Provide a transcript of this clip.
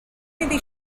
iddi